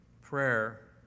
prayer